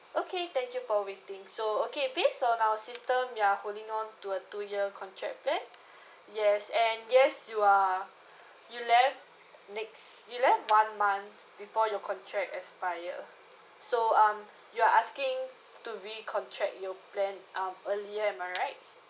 okay thank you for waiting so okay based on our system you're holding on to a two year contract plan yes and yes you are you left next you left one month before your contract expire so um you are asking to recontract your plan um earlier am I right